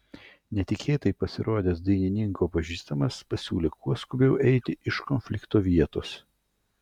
netikėtai pasirodęs dainininko pažįstamas pasiūlė kuo skubiau eiti iš konflikto vietos